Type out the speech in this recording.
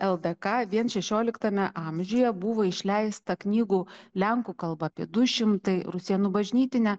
ldk vien šešioliktame amžiuje buvo išleista knygų lenkų kalba apie du šimtai rusėnų bažnytine